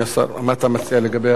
מה אתה מציע לגבי ההצעות?